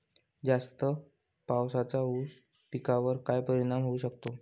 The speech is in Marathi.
जास्त पावसाचा ऊस पिकावर काय परिणाम होऊ शकतो?